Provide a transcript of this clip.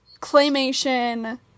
claymation